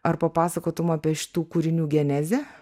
ar papasakotum apie šitų kūrinių genezę